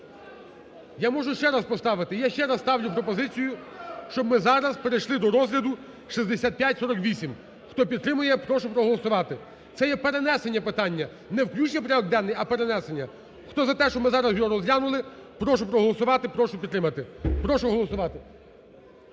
Я можу ще раз поставити, я ще раз ставлю пропозицію, щоб ми зараз перейшли до розгляду 6548. Хто підтримує прошу проголосувати, це є перенесення питання, не включення в порядок денний, а перенесення. Хто за те, щоб зараз ми його розглянули, прошу проголосувати, прошу підтримати, прошу голосувати.